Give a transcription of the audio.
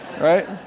right